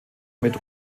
mit